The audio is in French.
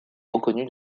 reconnu